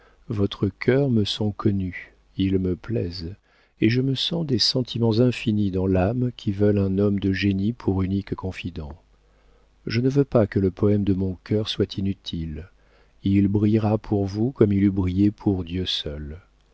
votre cœur me sont connus ils me plaisent et je me sens des sentiments infinis dans l'âme qui veulent un homme de génie pour unique confident je ne veux pas que le poëme de mon cœur soit inutile il brillera pour vous comme il eût brillé pour dieu seul